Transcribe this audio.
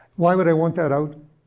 why would i want that out?